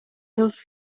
seus